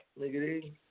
nigga